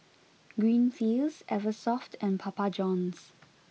Greenfields Eversoft and Papa Johns